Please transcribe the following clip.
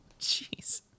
jeez